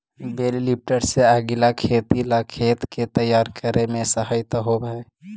बेल lifter से अगीला खेती ला खेत के तैयार करे में सहायता होवऽ हई